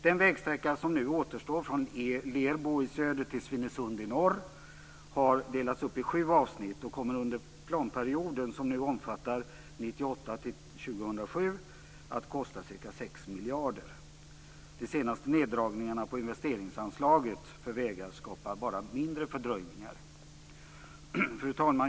Den vägsträcka som nu återstår, från Lerbo i Söder till Svinesund i norr, har delats upp i sju avsnitt, och den kommer under planperioden, som nu omfattar 1998 till 2007, att kosta ca 6 miljarder kronor. De senaste neddragningarna på investeringsanslaget för vägar skapar bara mindre fördröjningar. Fru talman!